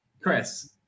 Chris